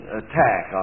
attack